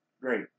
great